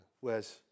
Whereas